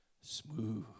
smooth